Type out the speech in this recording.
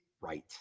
right